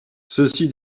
ceci